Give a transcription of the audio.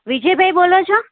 વિજયભાઈ બોલો છો